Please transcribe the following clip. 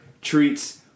treats